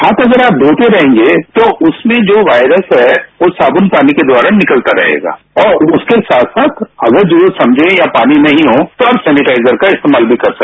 हाथ अगर आप धोते रहेंगे तो उसमें जो वायरस है वो साबून पानी द्वारा निकलता रहेगा और उसके साथ साथ अगर जरूरत समझे या पानी नहीं हो तब आप सैनिटाइजर इस्तेमाल भी कर सकते हैं